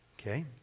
okay